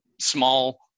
small